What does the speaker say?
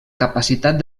capacitat